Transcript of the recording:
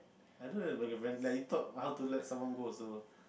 I don't have a like you thought I wanna let someone go also